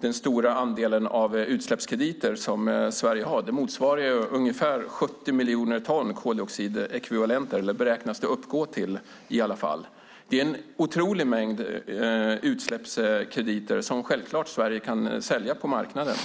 den stora andelen utsläppskrediter som Sverige har. Det motsvarar, eller beräknas uppgå till, ungefär 70 miljoner ton koldioxidekvivalenter. Det är en otrolig mängd utsläppskrediter som Sverige självklart kan sälja på marknaden.